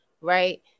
Right